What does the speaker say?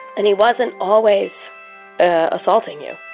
and he wasn't always assaulting you.